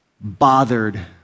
bothered